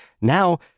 now